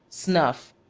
snuff,